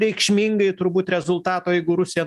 reikšmingai turbūt rezultato jeigu rusija